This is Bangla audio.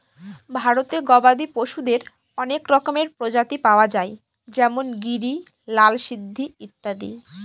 ভারতে গবাদি পশুদের অনেক রকমের প্রজাতি পাওয়া যায় যেমন গিরি, লাল সিন্ধি ইত্যাদি